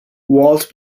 walt